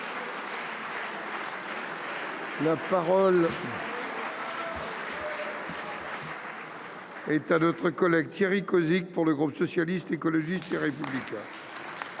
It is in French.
2030. Est à d'autres collègue Thierry Cozic pour le groupe socialiste, écologiste et républicain.